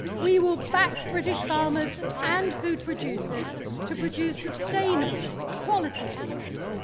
we will back british farmers and food producers to produce sustainable quality foods.